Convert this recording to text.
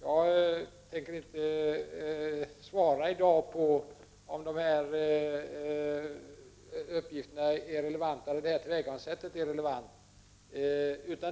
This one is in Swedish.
Jag tänker inte i dag svara på frågan om det nuvarande tillvägagångssättet för diagnostisering av kvicksilverförgiftning är relevant.